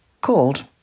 called